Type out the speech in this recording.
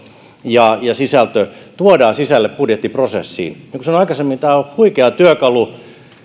ja sisältö tuodaan sisälle budjettiprosessiin niin kuin sanoin aikaisemmin tämä on huikea työkalu